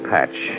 Patch